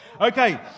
Okay